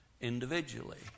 individually